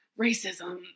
racism